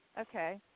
Okay